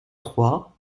trois